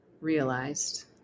realized